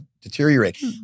deteriorate